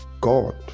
God